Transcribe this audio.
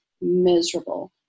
miserable